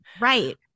Right